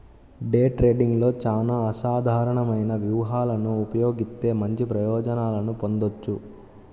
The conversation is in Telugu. డే ట్రేడింగ్లో చానా అసాధారణమైన వ్యూహాలను ఉపయోగిత్తే మంచి ప్రయోజనాలను పొందొచ్చు